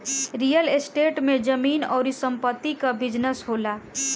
real estate में जमीन अउरी संपत्ति कअ बिजनेस होला